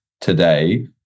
today